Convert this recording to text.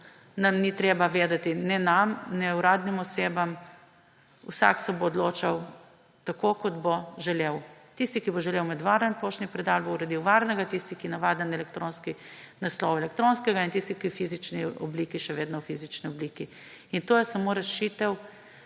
nam ni treba vedeti, ne nam ne uradnim osebam. Vsak se bo odločal tako, kot bo želel. Tisti, ki bo želel imeti varen poštni predal, bo uredil varnega, tisti, ki navaden elektronski naslov, elektronskega, in tisti, ki v fizični obliki, še vedno v fizični obliki. To je samo rešitev